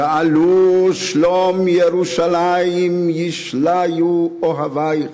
שאלו שלום ירושלם, ישליו אהביך.